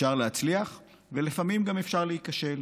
אפשר להצליח, ולפעמים גם אפשר להיכשל.